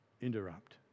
interrupt